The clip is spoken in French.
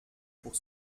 pour